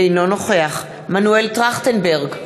אינו נוכח מנואל טרכטנברג,